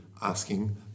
asking